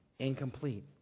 Incomplete